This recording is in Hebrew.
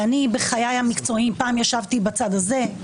ואני בחיי המקצועיים פעם ישבתי בצד הזה,